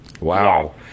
Wow